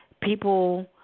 People